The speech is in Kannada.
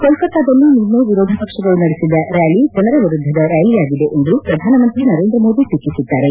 ಕೋಲ್ಕತ್ತಾದಲ್ಲಿ ನಿನ್ನೆ ವಿರೋಧ ಪಕ್ಷಗಳು ನಡೆಸಿದ ರ್ಡಾಲಿ ಜನರ ವಿರುದ್ದದ ರ್ಡಾಲಿಯಾಗಿದೆ ಎಂದು ಪ್ರಧಾನಮಂತ್ರಿ ನರೇಂದ್ರ ಮೋದಿ ಟೀಕಿಸಿದ್ದಾರೆ